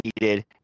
needed